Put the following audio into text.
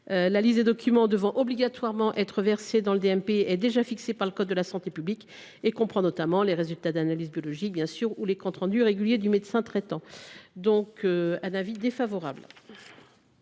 La liste des documents devant obligatoirement être versés dans le DMP est déjà fixée par le code de la santé publique, et comprend notamment les résultats d’analyse biologique ou les comptes rendus réguliers du médecin traitant. La commission émet un avis défavorable